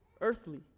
earthly